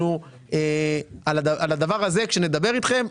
על הדבר הזה כשנדבר איתכם,